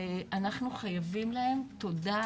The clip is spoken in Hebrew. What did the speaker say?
אנחנו חייבים להם תודה